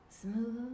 Smooth